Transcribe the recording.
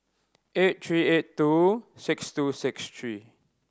eight three eight two six two six three